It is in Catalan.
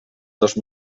dos